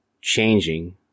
changing